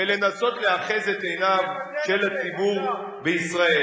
ולנסות לאחז את עיניו של הציבור בישראל.